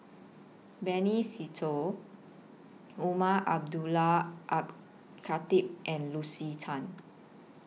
Benny Se Teo Umar Abdullah Al Khatib and Lucy Tan